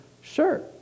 Sure